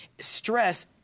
stress